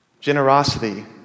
Generosity